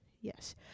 Yes